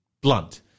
blunt